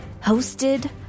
hosted